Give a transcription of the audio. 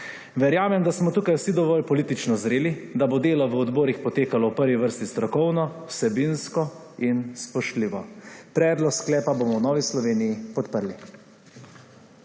Verjamem, da smo tukaj vsi dovolj politično zreli, da bo delo v odborih potekalo v prvi vrsti strokovno, vsebinsko in spoštljivo. Predlog sklepa bomo v Novi Sloveniji podprli.